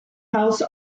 house